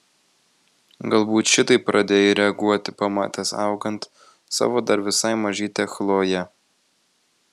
galbūt šitaip pradėjai reaguoti pamatęs augant savo dar visai mažytę chloję